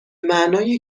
معنای